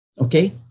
Okay